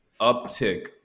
uptick